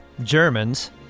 Germans